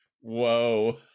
Whoa